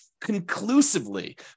conclusively